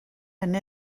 and